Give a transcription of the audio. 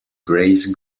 grace